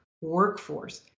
workforce